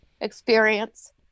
experience